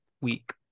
week